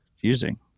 using